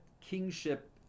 kingship